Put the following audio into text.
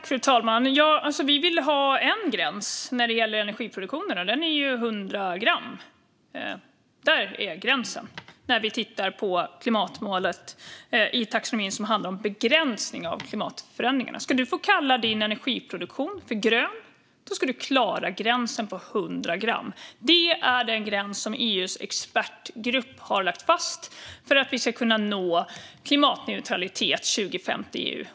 Fru talman! Vi vill ha en gräns när det gäller energiproduktionen, och den är ju 100 gram. Där finns gränsen när det gäller klimatmålet i taxonomin, som handlar om begränsning av klimatförändringarna. Ska du få kalla din energiproduktion för grön ska du klara gränsen på 100 gram. Det är den gräns som EU:s expertgrupp har lagt fast för att vi ska kunna nå klimatneutralitet 2050 i EU.